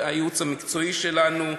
הייעוץ המקצועי שלנו,